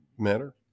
matter